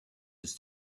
his